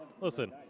listen